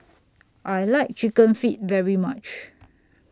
I like Chicken Feet very much